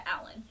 Alan